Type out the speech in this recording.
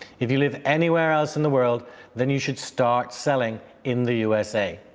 if you live anywhere else in the world then you should start selling in the usa.